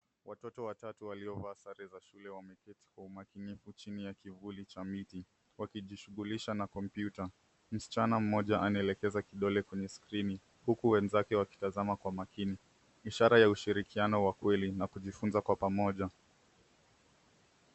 Watoto watatu waliovaa sare za shule wameketi kwa umakini chini ya kivuli cha miti; wakijishughulisha na kompyuta. Msichana mmoja anaelekeza kidole kwenye skrini huku wenzake wakitazama kwa makini ishara ya ushirikiano wa kweli na kujifunza kwa pamoja.